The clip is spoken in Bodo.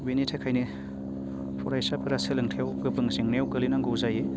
बिनि थाखायनो फरायसाफोरा सोलोंथायाव गोबां जेंनायाव गोग्लैनांगौ जायो